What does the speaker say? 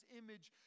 image